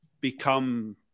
become